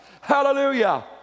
Hallelujah